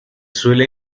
suele